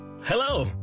hello